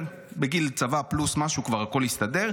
בגיל צבא פלוס כבר הכול הסתדר.